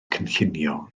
cynllunio